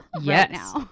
yes